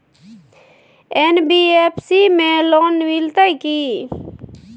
NBFC में loan मिलते की?